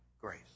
grace